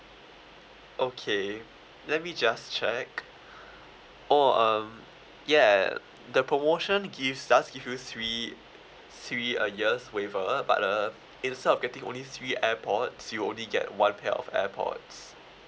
okay let me just check oh um ya the promotion gives does give you three three uh years waiver but uh instead of getting only three airpods you only get one pair of airpods